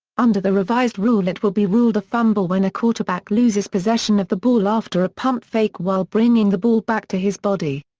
under the revised rule it will be ruled a fumble when a quarterback loses possession of the ball after a pump fake while bringing the ball back to his body.